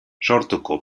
sortuko